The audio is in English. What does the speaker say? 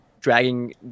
dragging